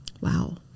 Wow